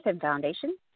Foundation